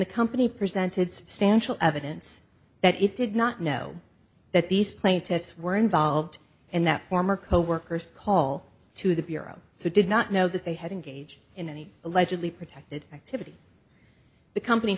the company presented substantial evidence that it did not know that these plaintiffs were involved and that former coworkers call to the bureau so did not know that they had engaged in any allegedly protected activity the company